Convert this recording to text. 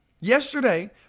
Yesterday